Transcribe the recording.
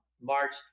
March